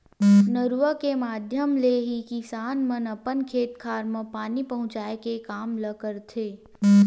नरूवा के माधियम ले ही किसान मन अपन खेत खार म पानी पहुँचाय के काम ल करथे